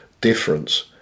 difference